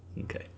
okay